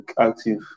active